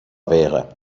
wäre